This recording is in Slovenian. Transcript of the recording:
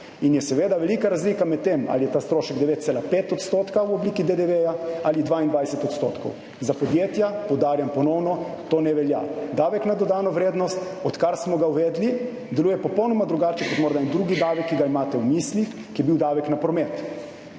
in je seveda velika razlika med tem, ali je ta strošek 9,5 % v obliki DDV ali 22 %. Za podjetja, poudarjam ponovno, to ne velja. Davek na dodano vrednost, odkar smo ga uvedli, deluje popolnoma drugače kot morda en drugi davek, ki ga imate v mislih, to je davek na promet.